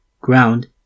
ground